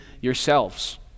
yourselves